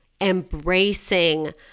embracing